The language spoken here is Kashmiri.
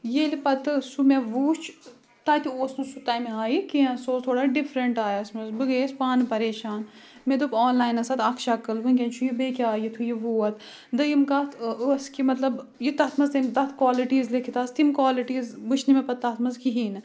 ییٚلہِ پَتہٕ سُہ مےٚ وٕچھ تَتہِ اوس نہٕ سُہ تَمہِ آیہِ کینٛہہ سُہ اوس تھوڑا ڈِفرنٛٹ آیَس منٛز بہٕ گٔیَس پانہٕ پَریشان مےٚ دۆپ آن لاین ٲس اَتھ اَکھ شَکٕل وٕنۍکؠن چھُ یہِ بیٚیہِ کہِ آیہِ یِتھُے یہِ ووت دوٚیِم کَتھ أ ٲس کہِ مَطلب یہِ تَتھ منٛز تٔمۍ تَتھ کالِٹیٖز لیکھِتھ آسہٕ تِم کالِٹیٖز وٕچھ نہٕ مےٚ پَتہٕ تَتھ منٛز کِہیٖنۍ نہٕ